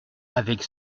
avec